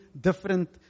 different